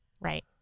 Right